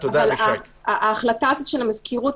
ההחלטה הזו של המזכירות,